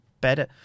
better